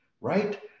Right